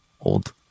old